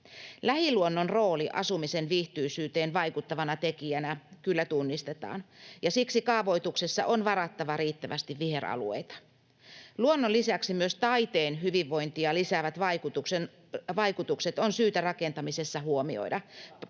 Lähiluonnon rooli asumisen viihtyisyyteen vaikuttavana tekijänä kyllä tunnistetaan, ja siksi kaavoituksessa on varattava riittävästi viheralueita. Luonnon lisäksi taiteen hyvinvointia lisäävät vaikutukset on syytä rakentamisessa huomioida. [Pia